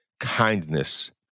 kindness